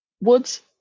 woods